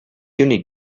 unique